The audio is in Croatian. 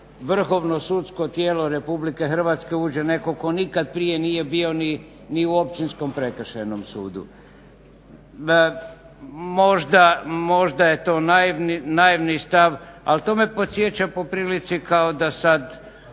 vrhovno sudsko tijelo RH uđe netko tko nikad prije nije bio ni u općinskom prekršajnom sudu? Možda je to naivni stava ali to me podsjeća poprilici kao da sada